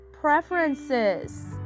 preferences